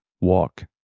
walk